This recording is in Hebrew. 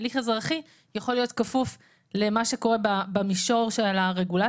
הליך אזרחי יכול להיות כפוף למה שקורה במישור של הרגולציה.